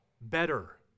better